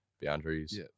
boundaries